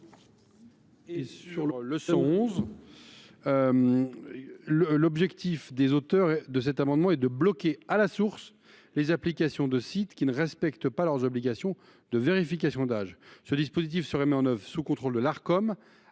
n° 111 rectifié, l’objectif de ses auteurs est de bloquer à la source les applications de sites qui ne respectent pas leurs obligations de vérification d’âge. Ce dispositif serait mis en œuvre sous le contrôle de l’Arcom,